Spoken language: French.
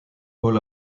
paul